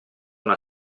una